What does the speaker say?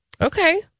Okay